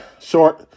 short